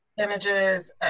images